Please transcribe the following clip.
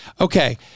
Okay